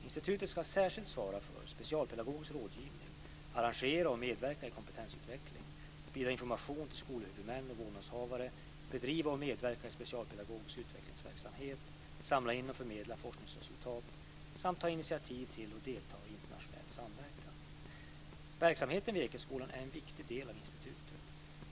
Institutet ska särskilt svara för specialpedagogisk rådgivning, arrangera och medverka i kompetensutveckling, sprida information till skolhuvudmän och vårdnadshavare, bedriva och medverka i specialpedagogisk utvecklingsverksamhet, samla in och förmedla forskningsresultat samt ta initiativ till och delta i internationell samverkan. Verksamheten vid Ekeskolan är en viktig del av institutet.